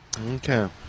Okay